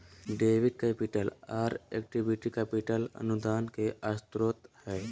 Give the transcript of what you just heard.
debit capital, आर equity capital अनुदान के स्रोत हय